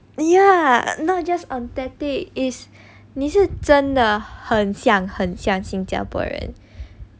ya no authentic is 你是真的很像很像新加坡人